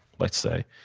let's say,